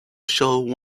should